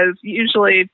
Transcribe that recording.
usually